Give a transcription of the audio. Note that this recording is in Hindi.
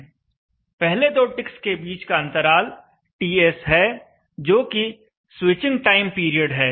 पहले दो टिक्स के बीच का अंतराल TS है जोकि स्विचिंग टाइम पीरियड है